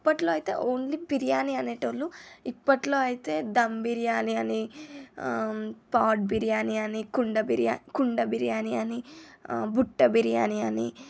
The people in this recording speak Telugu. అప్పట్లో అయితే ఓన్లీ బిర్యానీ అనే వాళ్లు ఇప్పట్లో అయితే ధమ్ బిర్యానీ అని పాట్ బిర్యానీ అని కుండ బిర్యానీ కుండ బిర్యానీ అని బుట్ట బిర్యానీ అని